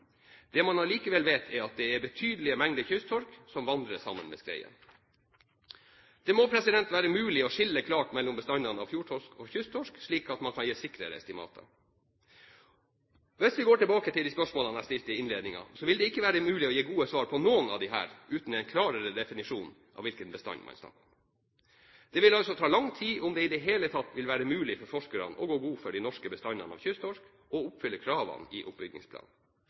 Det man allikevel vet, er at det er betydelige mengder kysttorsk som vandrer sammen med skreien. Det må være mulig å skille klart mellom bestandene av fjordtorsk og kysttorsk, slik at man kan gi sikrere estimater. Hvis vi går tilbake til de spørsmålene jeg stilte i innledningen, vil det ikke være mulig å gi gode svar på noen av disse uten en klarere definisjon av hvilken bestand man snakker om. Det vil altså ta lang tid, om det i det hele tatt vil være mulig for forskerne, å gå god for de norske bestandene av kysttorsk og oppfylle kravene i